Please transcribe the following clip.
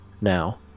now